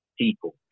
people